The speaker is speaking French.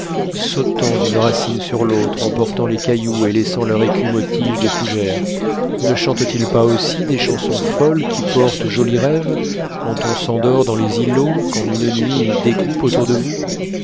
sautant d'une racine sur l'autre emportant les cailloux et laissant leur écume aux tiges des fougères ne chantent ils pas aussi des chansons folles qui portent aux jolis rêves quand on s'endort dans les îlots qu'en une nuit ils découpent autour de vous